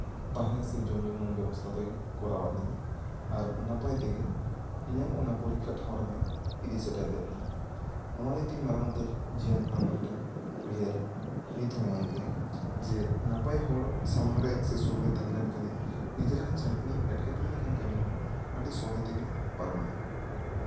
ᱛᱟᱦᱮᱸ ᱥᱮ ᱡᱚᱢ ᱧᱩ ᱨᱮᱱᱟᱜ ᱵᱮᱵᱚᱥᱛᱷᱟ ᱫᱚᱭ ᱠᱚᱨᱟᱣ ᱟᱜ ᱞᱤᱧᱟᱹ ᱟᱨ ᱱᱟᱯᱟᱭ ᱛᱮᱜᱮ ᱤᱧᱟᱹᱜ ᱚᱱᱟ ᱯᱚᱨᱤᱠᱷᱟ ᱴᱷᱟᱶ ᱨᱮᱦᱚᱸᱭ ᱤᱫᱤ ᱥᱮᱴᱮᱨ ᱞᱮᱜ ᱞᱤᱧᱟ ᱱᱚᱣᱟ ᱜᱮᱛᱤᱧ ᱢᱟᱨᱟᱝ ᱩᱛᱟᱹᱨ ᱡᱤᱭᱚᱱ ᱨᱮᱱᱟᱜ ᱢᱮᱫᱴᱮᱱ ᱩᱭᱦᱟᱹᱨ ᱱᱤᱛᱦᱚᱸ ᱢᱮᱱᱟᱜ ᱜᱮᱭᱟ ᱡᱮ ᱱᱟᱯᱟᱭ ᱦᱚᱲ ᱥᱟᱢᱟᱝ ᱨᱮ ᱥᱮ ᱥᱩᱨ ᱨᱮ ᱛᱟᱦᱮᱸ ᱞᱮᱱᱠᱷᱟᱱᱮ ᱱᱤᱡᱮᱨᱮᱱ ᱡᱟᱦᱟᱸ ᱛᱤᱱᱟᱹᱜ ᱮᱸᱴᱠᱮ ᱴᱚᱲᱮ ᱞᱮᱠᱟᱱ ᱠᱟᱢᱤ ᱦᱚᱸ ᱟᱹᱰᱤ ᱥᱚᱞᱦᱮ ᱛᱮᱜᱮ ᱯᱟᱨᱚᱢᱚᱜᱼᱟ